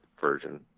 version